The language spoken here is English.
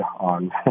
on